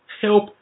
help